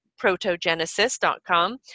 protogenesis.com